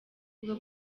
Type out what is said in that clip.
bwo